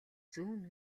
зүүн